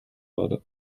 wurde